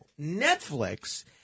Netflix